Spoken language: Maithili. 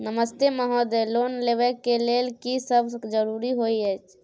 नमस्ते महोदय, लोन लेबै के लेल की सब जरुरी होय छै?